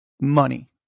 money